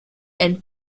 and